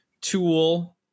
Tool